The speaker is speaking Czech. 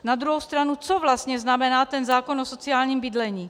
Na druhou stranu co vlastně znamená ten zákon o sociálním bydlení?